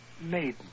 Maiden